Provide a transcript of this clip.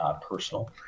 personal